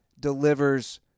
delivers